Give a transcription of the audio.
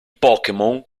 pokémon